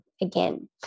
again